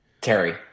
Terry